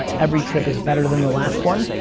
every trip is better than the last one,